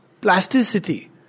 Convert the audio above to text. plasticity